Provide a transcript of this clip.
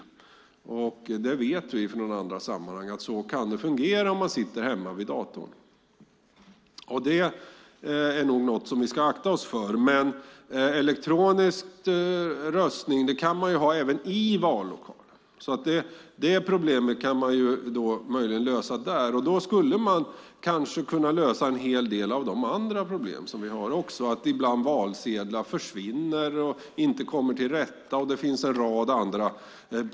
Vi vet från andra sammanhang att det kan fungera så om man sitter hemma vid datorn, och det ska vi akta oss för. Man kan möjligen lösa problemet genom att ha elektronisk röstning i vallokalerna. Då kan man kanske också lösa en del andra problem, till exempel att valsedlar försvinner och annat.